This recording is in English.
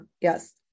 Yes